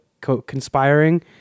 conspiring